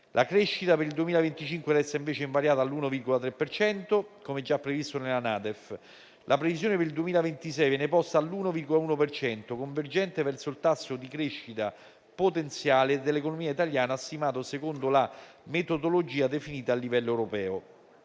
La crescita per il 2025 resta invece invariata all'1,3 per cento, come già previsto nella NADEF. La previsione per il 2026 viene posta all'1,1 per cento, convergente verso il tasso di crescita potenziale dell'economia italiana stimato secondo la metodologia definita a livello europeo.